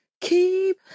Keep